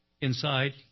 inside